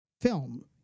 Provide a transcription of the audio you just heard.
film